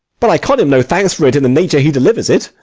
but i con him no thanks for't in the nature he delivers it.